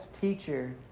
teacher